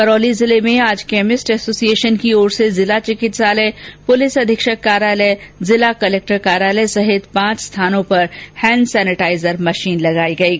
करौली जिले में आज केमिस्ट एसोसिएशन की ओर से जिला चिकित्सालय प्रलिस अधीक्षक कार्यालय जिला कलेक्टर कार्यालय सहित पांच स्थानों पर हैण्ड सैनेटाइजर मशीन लगायी गयी